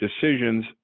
decisions